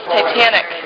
Titanic